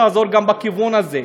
תעזור גם בכיוון הזה,